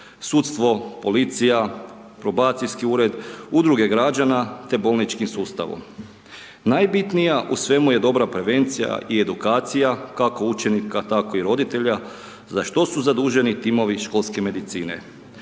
sudstvo, policija, probacijski ured, udruge građana te bolničkim sustavom. Najbitnija u svemu je dobra prevencija i edukacija kako učenika tako i roditelja za što su zaduženi timovi školske medicine.